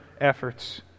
efforts